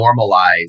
normalize